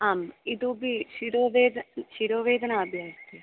आम् इतोऽपि शिरोवेदना अपि अस्ति